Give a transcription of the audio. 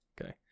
Okay